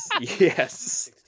Yes